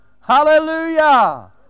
Hallelujah